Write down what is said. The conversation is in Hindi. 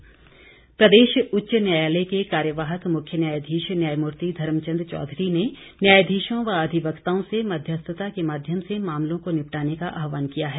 न्यायाधीश प्रदेश उच्च न्यायालय के कार्यवाहक मुख्य न्यायाधीश न्यायमूर्ति धर्मचंद चौधरी ने न्यायाधीशों व अधिवक्ताओं से मध्यस्थता के माध्यम से मामलों को निपटाने का आहवान किया है